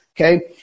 Okay